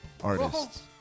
artists